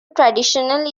traditional